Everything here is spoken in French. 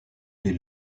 les